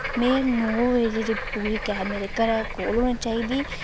मीं नौ बजे जे पूरी कैब मेरे घरै दे कोल होनी चाहिदी